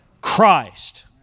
Christ